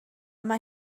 yma